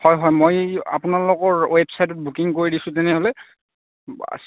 হয় হয় মই আপোনালোকৰ ৱেবচাইটত বুকিং কৰি দিছোঁ তেনেহ'লে বচ